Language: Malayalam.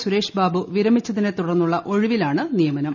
സുരേഷ് ബാബു വിരമിച്ചതിനെ തുടർന്നുള്ള ഒഴിവിലാണ് നിയമനം